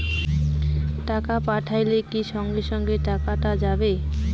টাকা পাঠাইলে কি সঙ্গে সঙ্গে টাকাটা যাবে?